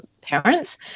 parents